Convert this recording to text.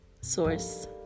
Source